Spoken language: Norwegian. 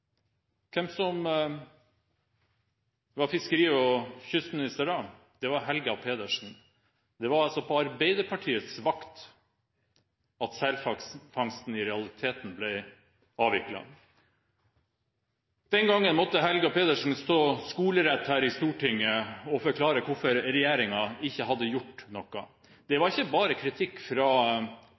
Hvem var fiskeri- og kystminister da? Det var Helga Pedersen. Det var altså på Arbeiderpartiets vakt at selfangsten i realiteten ble avviklet. Den gangen måtte Helga Pedersen stå skolerett her i Stortinget og forklare hvorfor regjeringen ikke hadde gjort noe. Det var ikke kritikk bare fra opposisjonspartiene den gangen på Stortinget, men det var også en kritikk fra